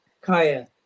Kaya